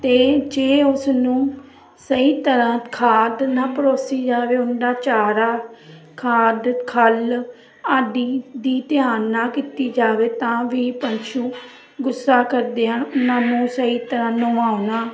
ਅਤੇ ਜੇ ਉਸ ਨੂੰ ਸਹੀ ਤਰ੍ਹਾਂ ਖਾਦ ਨਾ ਪਰੋਸੀ ਜਾਵੇ ਓਨਾ ਚਾਰਾ ਖਾਦ ਖਲ ਆਦਿ ਦੀ ਧਿਆਨ ਨਾ ਕੀਤੀ ਜਾਵੇ ਤਾਂ ਵੀ ਪਸ਼ੂ ਗੁੱਸਾ ਕਰਦੇ ਹਨ ਉਹਨਾਂ ਨੂੰ ਸਹੀ ਤਰ੍ਹਾਂ ਨਵਾਉਣਾ